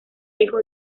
hijo